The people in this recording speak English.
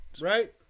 Right